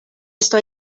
esto